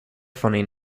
funny